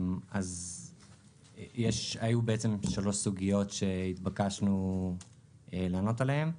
היו שלוש סוגיות שהתבקשנו לענות עליהן,